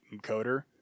encoder